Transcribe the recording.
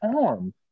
arm